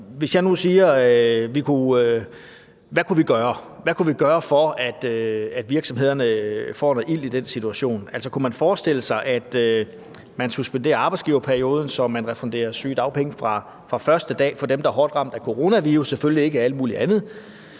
Hvis jeg nu spørger: Hvad kunne vi gøre, for at virksomhederne får noget ilt i den situation? Altså, kunne man forestille sig, at man suspenderer arbejdsgiverperioden, så man refunderer sygedagpenge fra første dag for dem, der er hårdt ramt af coronavirus, selvfølgelig ikke af alt muligt andet?